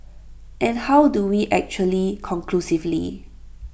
and how do we actually conclusively